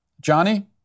Johnny